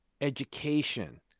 education